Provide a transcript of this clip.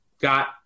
got